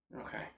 Okay